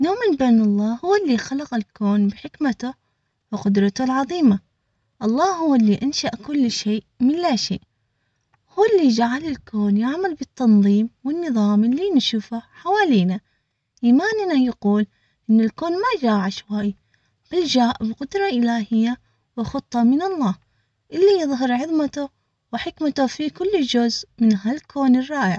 نؤمن بأن الله هو اللي خلق الكون بحكمته وقدرته العظيمة الله هو اللي انشأ كل شيء من لا شيء هو اللي جعل الكون يعمل بالتنظيم والنظام اللي نشوفه حوالينا ايماننا يقول ان الكون ما جا عشوائي بل جاء بقدرة الهية وخطة من الله ليظهر عظمته وحكمته في كل جزء من هالكون الرائع.